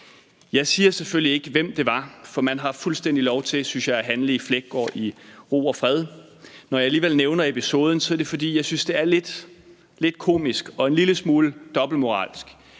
Jeg siger selvfølgelig ikke, hvem det var, for man har fuldstændig lov til, synes jeg, at handle i Fleggaard i ro og fred. Når jeg alligevel nævner episoden, er det, fordi jeg synes, det er lidt komisk og en lille smule dobbeltmoralsk,